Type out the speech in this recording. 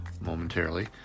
momentarily